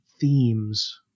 themes